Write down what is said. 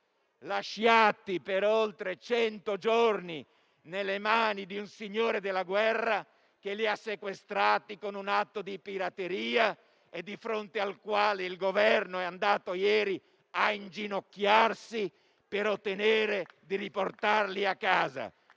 lasciati per oltre 100 giorni nelle mani di un signore della guerra che li ha sequestrati con un atto di pirateria e di fronte al quale il Governo è andato ieri a inginocchiarsi per ottenere di riportarli a casa.